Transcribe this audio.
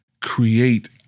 create